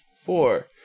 Four